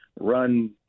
run